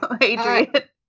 Adrian